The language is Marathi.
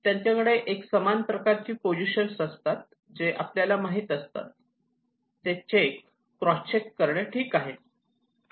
त्यांच्याकडे एक समान प्रकारचे पोझिशन्स असतात जे आपल्याला माहित असतात ते चेक क्रॉस चेक करणे हे ठीक आहे